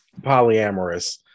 polyamorous